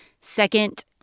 second